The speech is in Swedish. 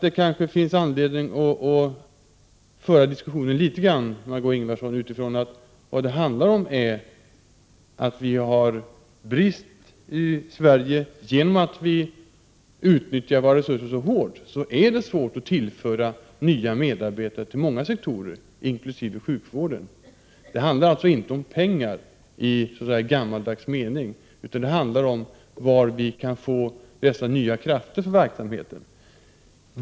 Det finns anledning, Margé6 Ingvardsson, att i viss utsträckning föra diskussionen med utgångpunkt från att vi får en brist på grund av att vi utnyttjar våra resurser så hårt. Det är då svårt att tillföra nya medarbetare till många sektorer, inkl. sjukvården. Det handlar alltså inte om pengar i så att säga gammaldags mening, utan det handlar om var vi kan få dessa nya krafter för verksamheten.